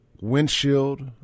windshield